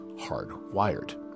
hardwired